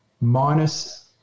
minus